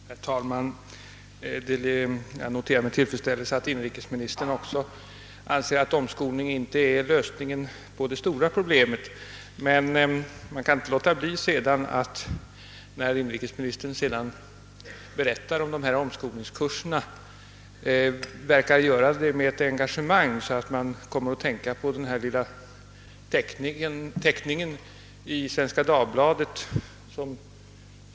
Herr talman! Jag noterar med tillfredsställelse att även inrikesministern anser, att omskolning inte är lösningen på det stora problemet. Men när inrikesministern kommer in på omskolningskurserna talar han med ett sådant engagemang att tankarna går till en av »Staffans stollar» i Svenska Dagbladet.